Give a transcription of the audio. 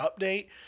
update